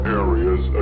areas